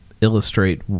illustrate